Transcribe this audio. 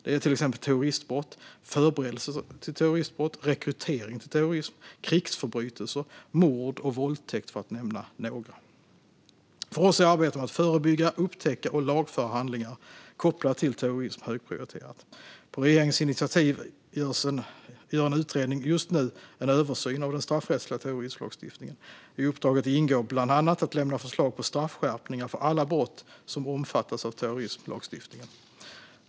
Det är till exempel terroristbrott, förberedelse till terroristbrott, rekrytering till terrorism, krigsförbrytelse, mord och våldtäkt - för att nämna några. För oss är arbetet med att förebygga, upptäcka och lagföra handlingar kopplade till terrorism högprioriterat. På regeringens initiativ gör en utredning just nu en översyn av den straffrättsliga terrorismlagstiftningen. I uppdraget ingår bland annat att lämna förslag på straffskärpningar för alla brott som omfattas av terrorismlagstiftningen.